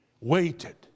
waited